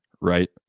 Right